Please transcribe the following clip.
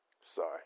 Sorry